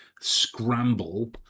scramble